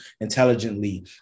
intelligently